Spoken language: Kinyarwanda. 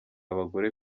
abagore